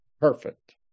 perfect